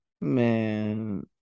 Man